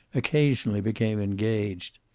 occasionally became engaged.